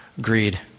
greed